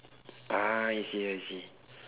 ah I see I see